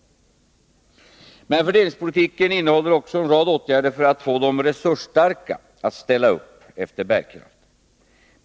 Men fördelningspolitiken innehåller också en rad åtgärder för att få de resursstarka att ställa upp efter bärkraft.